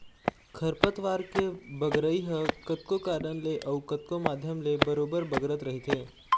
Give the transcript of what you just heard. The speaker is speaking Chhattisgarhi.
खरपतवार के बगरई ह कतको कारन ले अउ कतको माध्यम ले बरोबर बगरत रहिथे